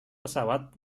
pesawat